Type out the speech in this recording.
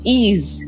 ease